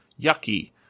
yucky